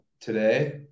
today